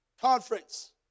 conference